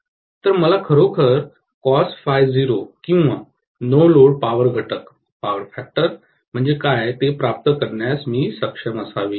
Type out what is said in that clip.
तर मला खरोखर cosΦ0 किंवा नो लोड पॉवर घटक म्हणजे काय ते प्राप्त करण्यास सक्षम असावे